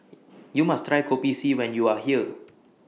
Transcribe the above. YOU must Try Kopi C when YOU Are here